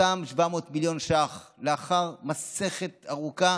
אותם 700 מיליון שקלים, לאחר מסכת ארוכה